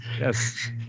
Yes